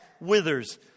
withers